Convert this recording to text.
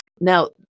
Now